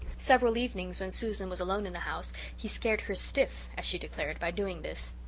several evenings, when susan was alone in the house, he scared her stiff, as she declared, by doing this.